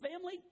family